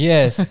Yes